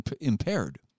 impaired